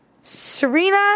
Serena